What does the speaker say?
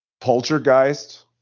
poltergeist